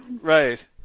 Right